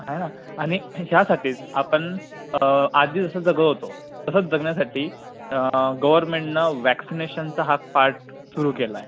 है ना आणि ह्यासाठीच आपण आधी जसं जगत होतो तसंच जगण्यासाठी गव्हर्मेंटनं व्हॅक्सिनेशनचा हा पार्ट सुरु केला आहे